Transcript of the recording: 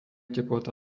teplota